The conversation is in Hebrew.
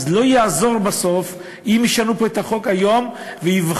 אז לא יעזור בסוף אם ישנו פה את החוק היום ויבחרו